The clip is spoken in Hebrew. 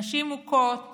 נשים מוכות